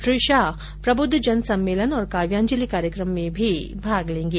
श्री शाह प्रबुद्धजन सम्मेलन और काव्यांजलि कार्यक्रम में भी भाग लेंगे